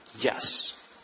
yes